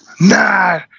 Nah